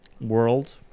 world